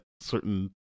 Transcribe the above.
certain